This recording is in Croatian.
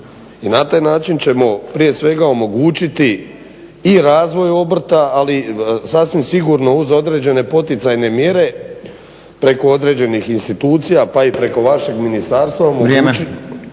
I na taj način ćemo prije svega omogućiti i razvoj obrta ali sasvim sigurno uz određene poticajne mjere preko određenih institucija pa i preko vašeg ministarstva